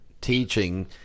teaching